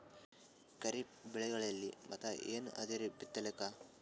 ಖರೀಫ್ ಬೆಳೆಗಳಲ್ಲಿ ಮತ್ ಏನ್ ಅದರೀ ಬಿತ್ತಲಿಕ್?